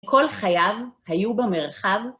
כל חייו היו במרחב.